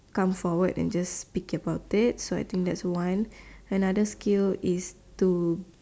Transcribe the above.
come forward and just pick about it so I think that's one another skill is to